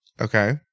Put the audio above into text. Okay